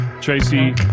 tracy